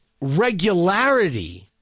regularity